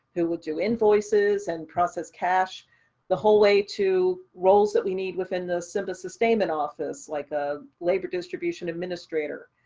who will do invoices and process cash the whole way to roles that we need within the simba sustainment office, like a labor distribution administrator.